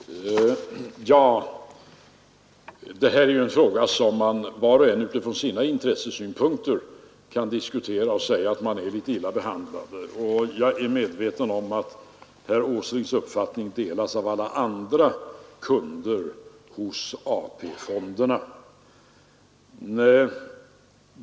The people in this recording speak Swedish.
Herr talman! Det här är ju en fråga där var och en utifrån sina intressen kan säga att man är litet illa behandlad. Jag är medveten om att herr Åslings uppfattning delas av alla andra kunder hos AP-fonderna.